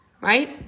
right